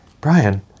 brian